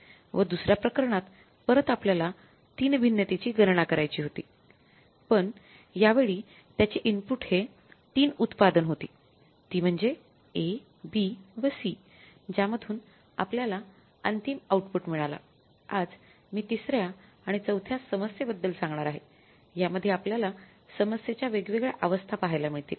व दुसऱ्या प्रकरणात परत आपल्याला ३ भिन्नतेची गणना करायची होती पण यावेळी त्याचे इनपुट हे ३ उत्पादनं होती ती म्हणजे A B व C ज्यामधून आपल्याला अंतिम आउटपुट मिळालाआज मी तिसऱ्या आणि चौथ्या समस्ये बद्दल सांगणार आहे यामध्ये आपल्याला समस्येच्या वेगवेगळ्या अवस्था पाहायला मिळतील